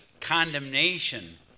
condemnation